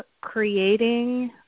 creating